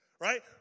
right